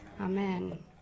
Amen